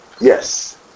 Yes